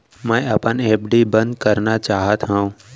मै अपन एफ.डी बंद करना चाहात हव